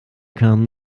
kamen